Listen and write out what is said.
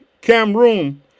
Cameroon